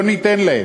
לא ניתן להם.